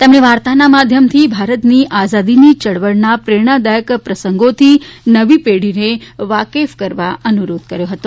તેમણે વાર્તાના માધ્યમથી ભારતની આઝાદીની ચળવળના પ્રેરણાદાયક પ્રસંગોથી નવી પેઢીને વાકેફ કરવા અનુરોધ કર્યો હતો